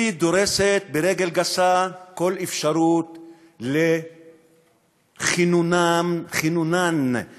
היא דורסת ברגל גסה כל אפשרות לכינון של